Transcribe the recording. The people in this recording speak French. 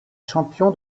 champion